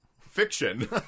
fiction